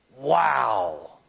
Wow